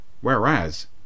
whereas